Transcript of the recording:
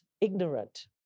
ignorant